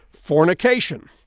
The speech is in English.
fornication